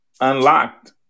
unlocked